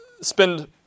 spend